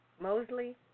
Mosley